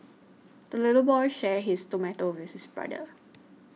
the little boy shared his tomato with his brother